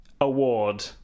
Award